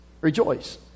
Rejoice